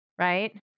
right